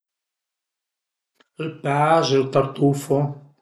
Ël pes, ël tartufo